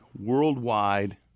worldwide